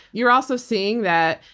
you're also seeing that,